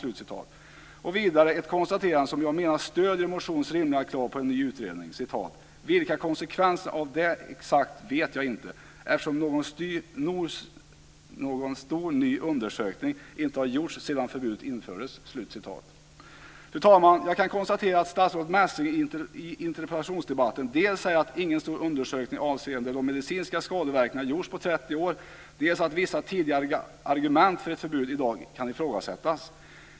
Vidare kom hon med ett konstaterande som jag menar stöder motionens rimliga krav på en ny utredning: "Vilka konsekvenserna av det är exakt vet jag inte, eftersom någon stor ny undersökning inte har gjorts sedan förbudet infördes." Fru talman! Jag kan konstatera att statsrådet Messing i interpellationsdebatten säger dels att ingen stor undersökning avseende de medicinska skadeverkningarna har gjorts på 30 år, dels att vissa tidigare argument för ett förbud i dag kan ifrågasättas.